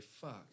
fuck